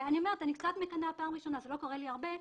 זה לא קורה לי הרבה,